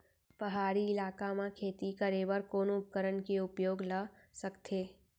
पहाड़ी इलाका म खेती करें बर कोन उपकरण के उपयोग ल सकथे?